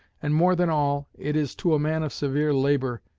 and, more than all, it is to a man of severe labor,